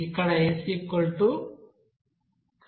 ఇక్కడ SSSyy SSxy2SSxxn 2